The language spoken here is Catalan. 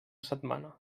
setmana